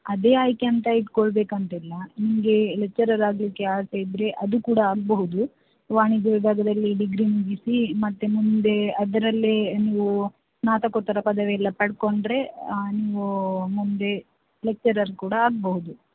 ಅದೇ ಆಯ್ಕೇಂತ ಇಟ್ಕೊಳ್ಬೇಕಂತಿಲ್ಲ ನಿಮಗೆ ಲೆಕ್ಚರರ್ ಆಗಲಿಕ್ಕೆ ಆಸೆ ಇದ್ದರೆ ಅದು ಕೂಡ ಆಗಬಹುದು ವಾಣಿಜ್ಯ ವಿಭಾಗದಲ್ಲಿ ಡಿಗ್ರಿ ಮುಗಿಸಿ ಮತ್ತೆ ಮುಂದೆ ಅದರಲ್ಲೇ ನೀವು ಸ್ನಾತಕೋತ್ತರ ಪದವಿಯೆಲ್ಲ ಪಡ್ಕೊಂಡ್ರೆ ನೀವು ಮುಂದೆ ಲೆಕ್ಚರರ್ ಕೂಡ ಆಗಬಹುದು